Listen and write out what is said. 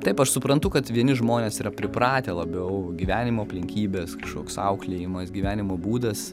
taip aš suprantu kad vieni žmonės yra pripratę labiau gyvenimo aplinkybės kažkoks auklėjimas gyvenimo būdas